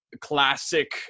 classic